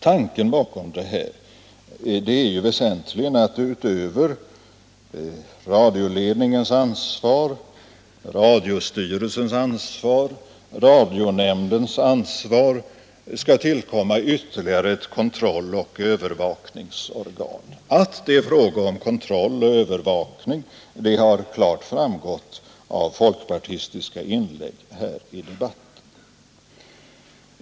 Tanken bakom det är ju väsentligen att utöver radioledningens ansvar, radiostyrelsens ansvar och radionämndens ansvar skall tillkomma ytterligare ett kontrolloch övervakningsorgan. Att det är fråga om kontroll och övervakning har klart framgått av folkpartistiska inlägg i debatten.